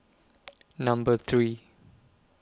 Number three